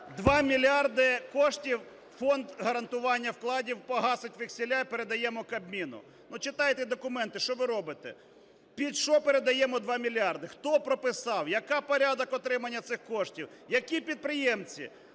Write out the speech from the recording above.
2 мільярди коштів Фонд гарантування вкладів погасить векселя і передаємо Кабміну. Почитайте документи, що ви робите? Під що передаємо 2 мільярди? Хто прописав, який порядок отримання цих коштів, які підприємці?